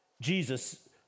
jesus